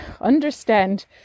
understand